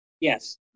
yes